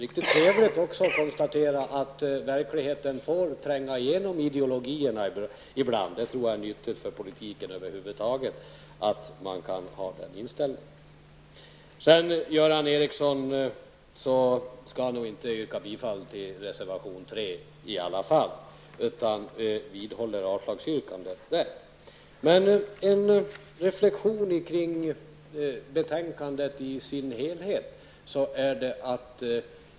Det är också riktigt trevligt att konstatera att verkligheten får tränga igenom ideologierna ibland. Jag tror att det är nyttigt för politiken över huvud taget att man kan ha den inställningen. Göran Ericsson, jag skall nog inte yrka bifall till reservation 3 i alla fall, utan jag vidhåller mitt avslagsyrkande i fråga om denna. Jag vill göra en reflexion kring betänkandet i dess helhet.